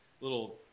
little